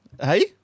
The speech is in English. Hey